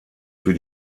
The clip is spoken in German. für